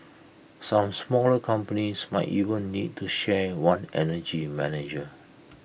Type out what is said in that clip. some smaller companies might even need to share one energy manager